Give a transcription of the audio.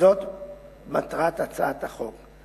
וזאת מטרת הצעת החוק.